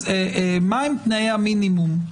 מה תנאי המינימום?